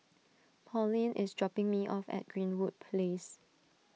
Pauline is dropping me off at Greenwood Place